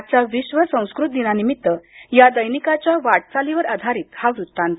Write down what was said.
आजच्या विश्व संस्कृत दिनानिमित्त या दैनिकाच्या वाटचालीवर आधारित हा वृत्तांत